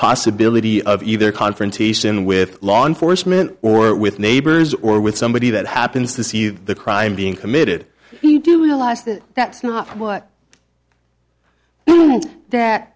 possibility of either confrontation with law enforcement or with neighbors or with somebody that happens to see the crime being committed you do realize that that's not what that